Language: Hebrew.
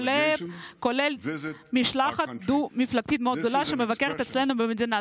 כולל משלחת דו-מפלגתית מאוד גדולה שמבקרת אצלנו במדינה.